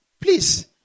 Please